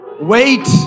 wait